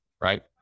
right